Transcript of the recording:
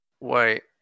Wait